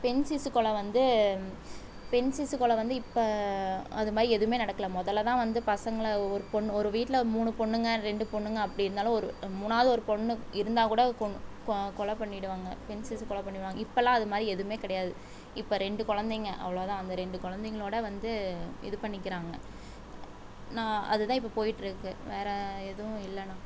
பெண் சிசுக்கொலை வந்து பெண் சிசுக்கொலை வந்து இப்போ அதுமாதிரி எதுவுமே நடக்கலை முதல்லதான் வந்து பசங்கள் ஒரு பொண்ணு ஒரு வீட்டில் மூணு பொண்ணுங்க ரெண்டு பொண்ணுங்க அப்படி இருந்தாலும் ஒரு மூணாவது பொண்ணு இருந்தால் கூட கொலை பண்ணிடுவாங்க பெண் சிசு கொலை பண்ணிடுவாங்க இப்போலாம் அதுமாதிரி எதுவுமே கிடையாது இப்போ ரெண்டு குழந்தைங்க அவ்வளோதான் அந்த ரெண்டு குழந்தைங்களோட வந்து இது பண்ணிக்கிறாங்க நான் அதுதான் இப்போ போய்ட்ருக்கு வேறு எதுவும் இல்லைண்ணா